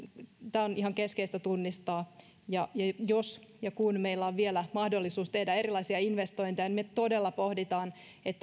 tämä on ihan keskeistä tunnistaa jos ja kun meillä on vielä mahdollisuus tehdä erilaisia investointeja niin me todella pohdimme